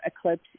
eclipse